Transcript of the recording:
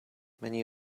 many